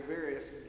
various